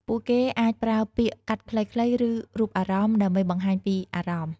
ពួកគេអាចប្រើពាក្យកាត់ខ្លីៗ ឬរូបអារម្មណ៍ ដើម្បីបង្ហាញពីអារម្មណ៍។